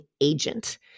agent